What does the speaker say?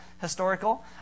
historical